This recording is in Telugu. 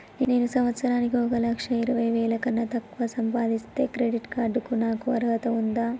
నేను సంవత్సరానికి ఒక లక్ష ఇరవై వేల కన్నా తక్కువ సంపాదిస్తే క్రెడిట్ కార్డ్ కు నాకు అర్హత ఉందా?